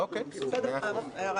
אוקיי, מאה אחוז.